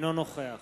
אינו נוכח